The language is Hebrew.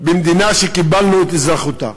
במדינה שקיבלנו את אזרחותה.